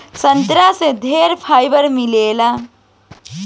संतरा से ढेरे फाइबर मिलेला